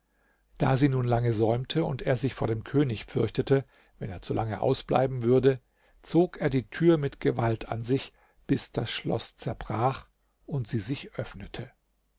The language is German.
da sie nun lange säumte und er sich vor dem könig fürchtete wenn er zu lange ausbleiben würde zog er die tür mit gewalt an sich bis das schloß zerbrach und sie sich öffnete